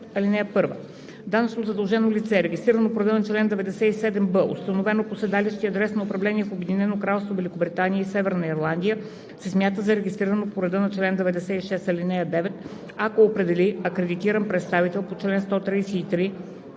„§ 5. (1) Данъчно задължено лице, регистрирано по реда на чл. 97б, установено по седалище и адрес на управление в Обединено кралство Великобритания и Северна Ирландия, се смята за регистрирано по реда на чл. 96, ал. 9, ако определи акредитиран представител по чл. 133